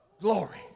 glory